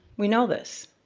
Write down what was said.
we know this.